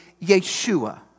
Yeshua